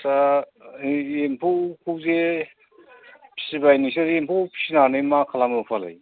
दा एम्फौखौ जे फिसिबाय नोंसोर एम्फौ फिसिनानै मा खालामो फालाय